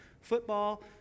football